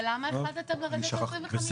אבל למה החלטתם לרדת ל-26%?